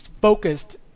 focused